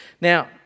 Now